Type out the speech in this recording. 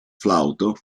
flauto